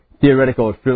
theoretical